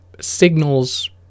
signals